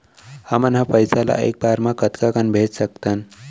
हमन ह पइसा ला एक बार मा कतका कन भेज सकथन?